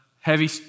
heavy